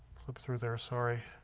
flip through there, sorry